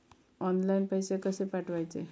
Online पैसे कशे पाठवचे?